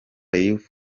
youth